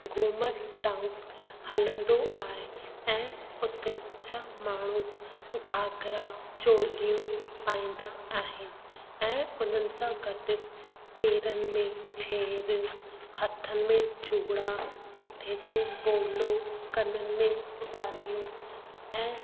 Ghoomar dance हलंदो आहे ऐं उते जा माण्हू घाघरा चोलियूं पाईंदा आहिनि ऐं उन्हनि सां गॾु पेरनि में छेर हथनि में चूड़ा मथे ते भोलो कननि में वालियूं ऐं